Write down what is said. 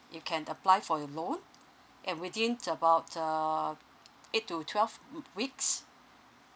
you can apply for your loan and within about uh eight to twelve weeks